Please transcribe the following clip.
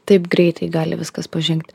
taip greitai gali viskas pažengti